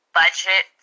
budget